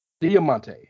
Diamante